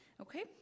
okay